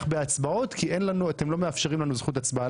בהצבעות כי אתם לא מאפשרים לנו זכות הצבעה.